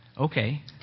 okay